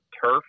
turf